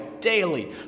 daily